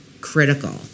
critical